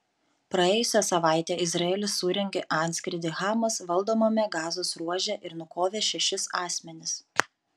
praėjusią savaitę izraelis surengė antskrydį hamas valdomame gazos ruože ir nukovė šešis asmenis